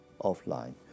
offline